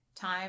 time